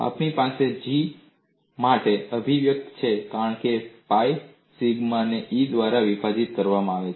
આપણી પાસે G માટે અભિવ્યક્તિ છે કારણ કે pi સિગ્માને E દ્વારા વિભાજીત કરવામાં આવે છે